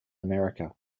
america